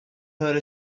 her